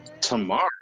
Tomorrow